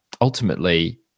ultimately